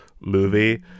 movie